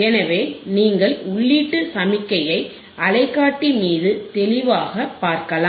எனவே நீங்கள் உள்ளீட்டு சமிக்ஞையை அலைக்காட்டி மீது தெளிவாக பார்க்கலாம்